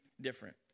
different